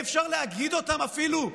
אי-אפשר להגיד אותם אפילו,